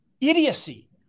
idiocy